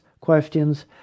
questions